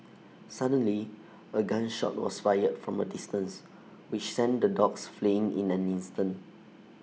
suddenly A gun shot was fired from A distance which sent the dogs fleeing in an instant